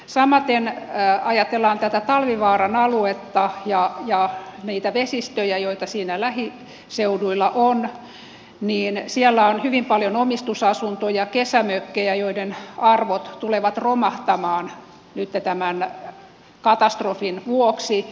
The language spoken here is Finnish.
samaten kun ajatellaan tätä talvivaaran aluetta ja niitä vesistöjä joita siinä lähiseuduilla on siellä on hyvin paljon omistusasuntoja kesämökkejä joiden arvot tulevat romahtamaan tämän katastrofin vuoksi